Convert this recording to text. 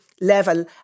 level